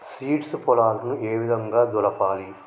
Seeds పొలాలను ఏ విధంగా దులపాలి?